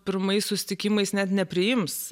pirmais susitikimais net nepriims